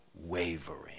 wavering